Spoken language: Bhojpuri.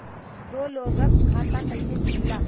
दो लोगक खाता कइसे खुल्ला?